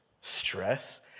stress